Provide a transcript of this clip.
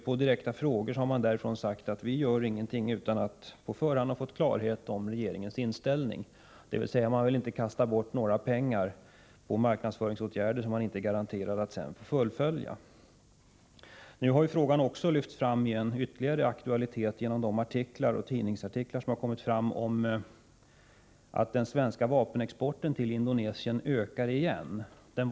På direkta frågor har man därifrån sagt att man inte gör någonting utan att på förhand ha fått klarhet om regeringens inställning, dvs. att man inte vill satsa pengar på marknadsföringsåtgärder om man inte har garantier för att de får fullföljas. Frågan har nu lyfts fram till förnyad aktualitet genom de tidningsartiklar som publicerats om att den svenska vapenexporten till Indonesien återigen ökar.